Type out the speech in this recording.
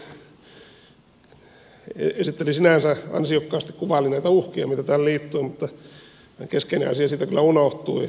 edustaja tolppanen sinänsä ansiokkaasti kuvaili näitä uhkia mitä tähän liittyy mutta keskeinen asia siitä kyllä unohtui